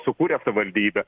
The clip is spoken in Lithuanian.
sukūrė savivaldybę